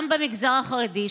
גם במגזר החרדי,